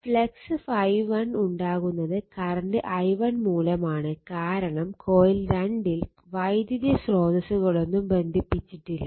flux ∅1ഉണ്ടാകുന്നത് current i1 മൂലമാണ് കാരണം കോയിൽ 2 ൽ വൈദ്യുതി സ്രോതസ്സുകളൊന്നും ബന്ധിപ്പിച്ചിട്ടില്ല